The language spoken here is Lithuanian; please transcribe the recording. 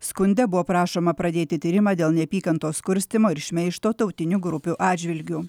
skunde buvo prašoma pradėti tyrimą dėl neapykantos kurstymo ir šmeižto tautinių grupių atžvilgiu